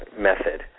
method